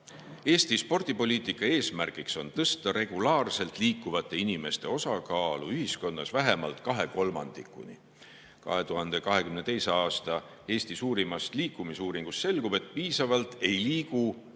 Eesti spordipoliitika eesmärk on tõsta regulaarselt liikuvate inimeste osakaalu ühiskonnas vähemalt kahe kolmandikuni. 2022. aasta Eesti suurimast liikumisuuringust selgub, et piisavalt ei liigu koguni